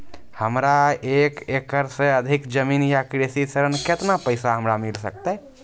हमरा एक एकरऽ सऽ अधिक जमीन या कृषि ऋण केतना पैसा हमरा मिल सकत?